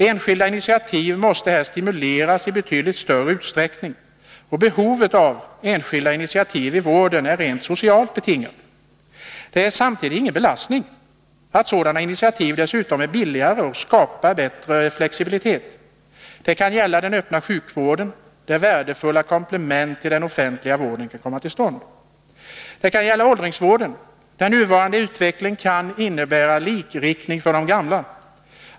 Enskilda initiativ måste här stimuleras i betydligt större utsträckning. Behovet av enskilda initiativ i vården är rent socialt betingat. Det är samtidigt ingen belastning att sådana initiativ dessutom är billigare och skapar bättre flexibilitet. Detta kan gälla den öppna sjukvården, där värdefulla komplement till den offentliga vården kan komma till stånd. Det kan gälla åldringsvården. Den nuvarande utvecklingen kan innebära likriktning för de gamla.